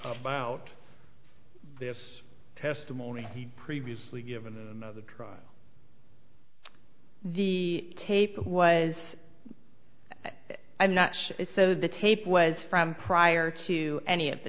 about this testimony previously given another trial the tape was i'm not sure so the tape was from prior to any of the